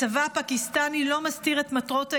הצבא הפקיסטני לא מסתיר את מטרות האימונים.